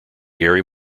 gary